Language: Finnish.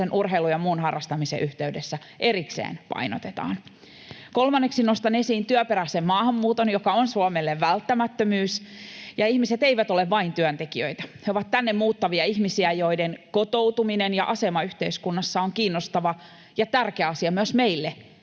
urheilun ja muun harrastamisen — yhteydessä erikseen painotetaan. Kolmanneksi nostan esiin työperäisen maahanmuuton, joka on Suomelle välttämättömyys. Ja ihmiset eivät ole vain työntekijöitä. He ovat tänne muuttavia ihmisiä, joiden kotoutuminen ja asema yhteiskunnassa on kiinnostava ja tärkeä asia myös meille